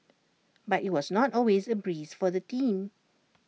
but IT was not always A breeze for the team